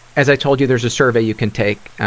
as i told you, there's a survey you can take, ah,